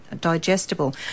digestible